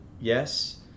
Yes